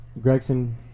Gregson